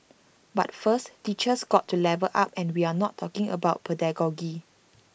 but first teachers got to level up and we are not talking about pedagogy